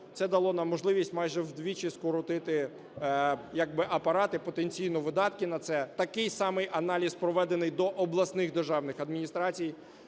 Це дало нам можливість майже вдвічі скоротити як би апарати і потенційно видатки на це. Такий самий аналіз проведений до обласних державних адміністрацій.